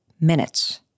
minutes